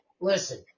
listen